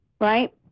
Right